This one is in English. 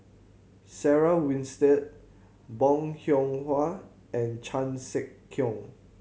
Sarah Winstedt Bong Hiong Hwa and Chan Sek Keong